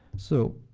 so,